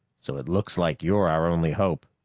so it looks like you're our only hope.